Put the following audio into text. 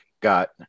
got